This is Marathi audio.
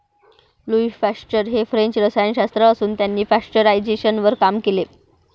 लुई पाश्चर हे फ्रेंच रसायनशास्त्रज्ञ असून त्यांनी पाश्चरायझेशनवर काम केले